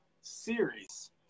series